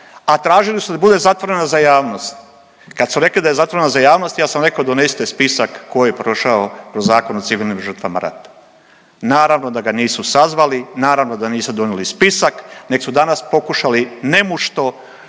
a tražili su da bude zatvorena za javnost, kad su rekli da je zatvorena za javnost ja sam rekao donosite spisak tko je prošao kroz Zakon o civilnim žrtvama rata. Naravno da ga nisu sazvali, naravno da nisu donijeli spisak neg su danas pokušali nemušto